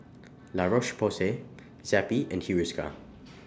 La Roche Porsay Zappy and Hiruscar